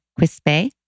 Quispe